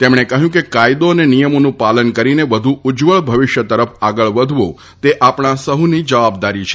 તેમણે કહ્યું કે કાયદો અને નિયમોનું પાલન કરીને વધુ ઉજ્જવળ ભવિષ્ય તરફ આગળ વધવું તે આપણાં સહુની જવાબદારી છે